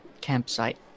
campsite